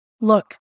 Look